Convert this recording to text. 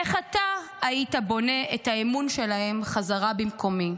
איך אתה היית בונה את האמון שלהם בחזרה במקומי?